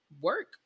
work